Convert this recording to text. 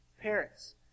Parents